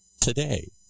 today